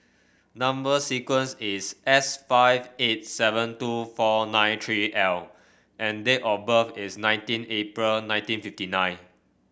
number sequence is S five eight seven two four nine three L and date of birth is nineteen April nineteen fifty nine